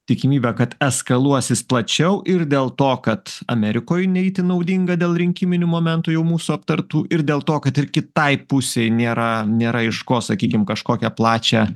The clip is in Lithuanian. tikimybė kad eskaluosis plačiau ir dėl to kad amerikoj ne itin naudinga dėl rinkiminių momentų jau mūsų aptartų ir dėl to kad ir kitai pusei nėra nėra iš ko sakykim kažkokią plačią